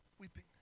weeping